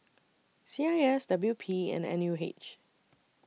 C I S W P and N U H